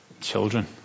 children